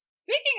Speaking